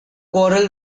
quarrel